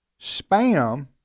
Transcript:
spam